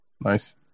nice